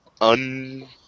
un